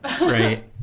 Right